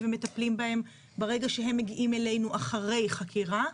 ומטפלים בהם ברגע שהם מגיעים אלינו אחרי חקירה.